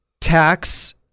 tax